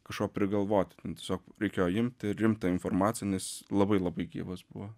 kažko prigalvoti ten tiesiog reikėjo imt ir imt tą informaciją nes labai labai gyvas buvo